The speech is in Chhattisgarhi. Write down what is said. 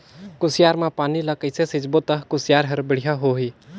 कुसियार मा पानी ला कइसे सिंचबो ता कुसियार हर बेडिया होही?